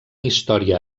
història